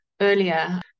earlier